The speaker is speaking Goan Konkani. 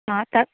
आं ता